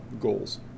goals